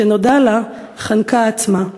כשנודע לה, חנקה עצמה,